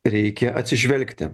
reikia atsižvelgti